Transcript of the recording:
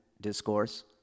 discourse